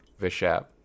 Vishap